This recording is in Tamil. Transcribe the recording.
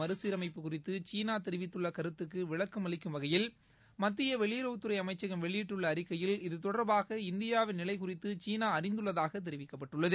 மறுசீரமைப்பு குறித்துசீனாதெரிவித்துள்ளகருத்துக்குவிளக்கம்அளிக்கும் வகையில் ஜம்முகாஷ்மீர் மத்தியவெளியுறவுத்துறைஅமைச்சகம் வெளியிட்டுள்ளஅறிக்கையில் இது தொடர்பாக இந்தியாவின் நிலைகுறித்துசீனாஅறிந்துள்ளதாகதெரிவிக்கப்பட்டுள்ளது